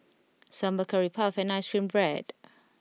Sambal Curry Puff and Ice Cream Bread